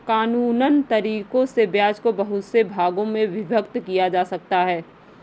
कानूनन तरीकों से ब्याज को बहुत से भागों में विभक्त किया जा सकता है